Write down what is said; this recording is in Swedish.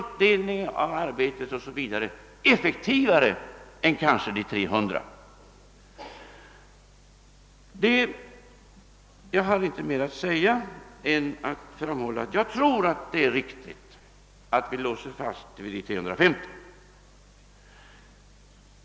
få en kammare på 350 ledamöter att arbeta kanske effektivare än en kammare på 300 ledamöter. Jag tror att det är riktigt att vi låser fast oss vid 350 ledamöter.